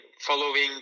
following